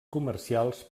comercials